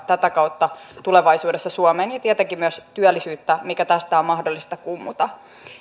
tätä kautta tulevaisuudessa suomeen ja tietenkin myös työllisyyttä mitä tästä on mahdollista kummuta